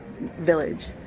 village